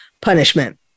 Punishment